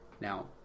Now